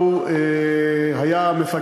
לא לי.